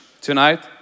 tonight